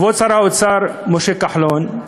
כבוד שר האוצר משה כחלון,